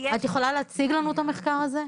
את יכולה להציג לנו את המחקר הזה?